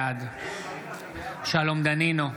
בעד שלום דנינו,